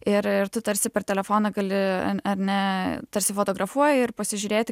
ir ir tu tarsi per telefoną gali ar ne tarsi fotografuoji ir pasižiūrėti